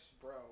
bro